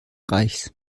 reiches